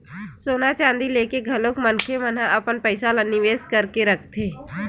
सोना चांदी लेके घलो मनखे मन ह अपन पइसा ल निवेस करके रखथे